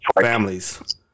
families